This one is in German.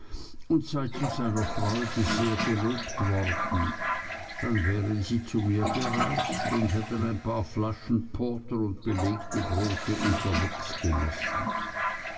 und sei zu seiner freude sehr gelobt worden dann wären sie zu mir gereist und hätten ein paar flaschen porter und belegte brote unterwegs genossen